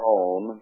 own